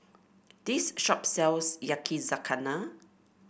this shop sells Yakizakana